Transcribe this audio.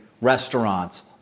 restaurants